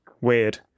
weird